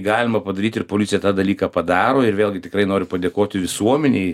galima padaryt ir policija tą dalyką padaro ir vėlgi tikrai noriu padėkoti visuomenei